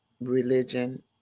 religion